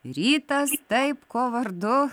rytas taip kuo vardu